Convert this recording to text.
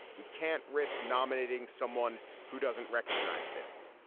we can't risk nominating someone who doesn't recognize this.